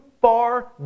far